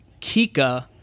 Kika